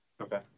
Okay